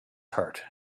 heart